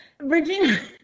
Virginia